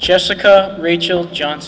jessica rachel john